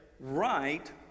right